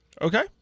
Okay